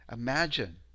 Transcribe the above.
Imagine